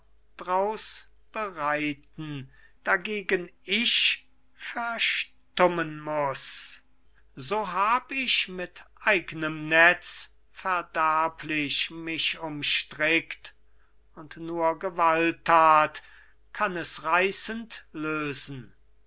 draus bereiten dagegen ich verstummen muß so hab ich mit eignem netz verderblich mich umstrickt und nur gewalttat kann es reißend lösen